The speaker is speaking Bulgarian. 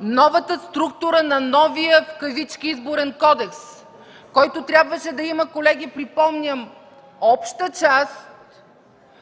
новата структура на новия в кавички Изборен кодекс, който трябваше да има, колеги, припомням, Обща част,